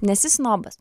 nesi snobas